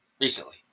Recently